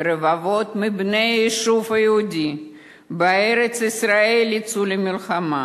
ורבבות מבני היישוב היהודי בארץ-ישראל יצאו למלחמה